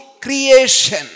creation